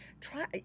try